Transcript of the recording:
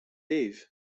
liv